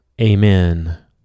Amen